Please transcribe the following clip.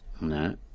No